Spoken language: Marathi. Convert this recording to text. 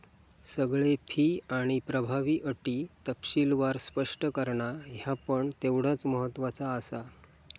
सगळे फी आणि प्रभावी अटी तपशीलवार स्पष्ट करणा ह्या पण तेवढाच महत्त्वाचा आसा